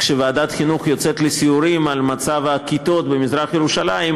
כשוועדת החינוך יוצאת לסיורים לראות את מצב הכיתות במזרח-ירושלים,